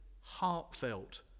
heartfelt